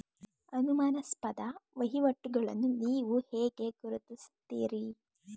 ಅನುಮಾನಾಸ್ಪದ ವಹಿವಾಟುಗಳನ್ನು ನೀವು ಹೇಗೆ ಗುರುತಿಸುತ್ತೀರಿ?